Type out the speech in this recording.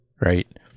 right